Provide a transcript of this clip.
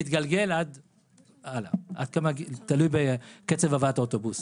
ומתגלגל הלאה, תלוי בקצב הבאת האוטובוסים.